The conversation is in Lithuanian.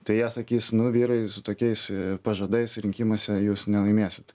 tai jie sakys nu vyrai su tokiais pažadais rinkimuose jūs nelaimėsit